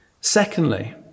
Secondly